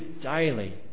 daily